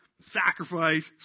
sacrifice